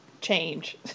change